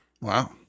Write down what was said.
Wow